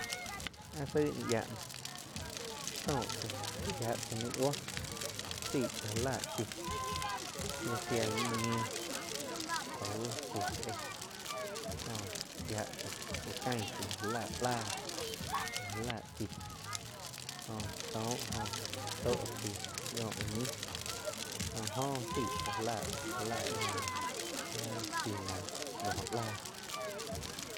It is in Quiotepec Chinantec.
Áh saig ñi yia noh soh tzáh yia tzá nii buoh chig tzá ja láh chíh ya sea ín niih au fu éh jo yia tzá uh cain tzá la já lah láh la jáh láh chih jo sóh joh tóh chaig kóh úh ñih jo oh chig tzá ja láh noh áh chii náh kóh lah.